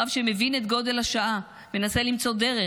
רב שמבין את גודל השעה ומנסה למצוא דרך